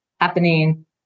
happening